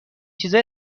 چیزا